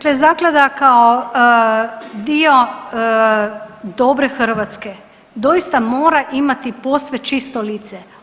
Dakle, zaklada kao dio dobre Hrvatske doista mora imati posve čisto lice.